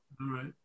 right